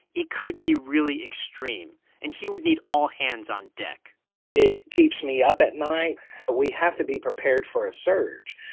it could be really extreme. and he would need all hands on deck it keeps me up at night, but we have to be prepared for a surge.